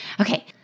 Okay